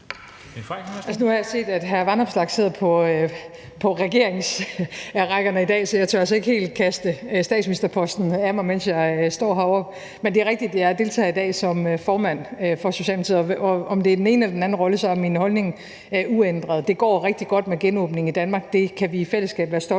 nu har jeg set, at hr. Alex Vanopslagh sidder på regeringsrækkerne i dag, så jeg tør altså ikke helt kaste statsministerposten af mig, mens jeg står heroppe, men det er rigtigt, at jeg i dag deltager som formand for Socialdemokratiet. Og om det er den ene eller den anden rolle, så er min holdning uændret: Det går rigtig godt med genåbningen i Danmark. Det kan vi i fællesskab være stolte af.